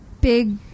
big